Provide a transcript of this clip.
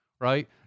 Right